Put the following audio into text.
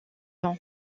ans